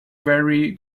very